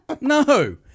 no